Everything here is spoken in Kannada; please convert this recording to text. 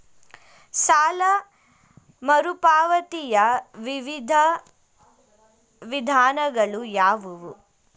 ಸಾಲ ಮರುಪಾವತಿಯ ವಿವಿಧ ವಿಧಾನಗಳು ಯಾವುವು?